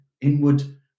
inward